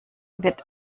wird